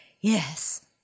Yes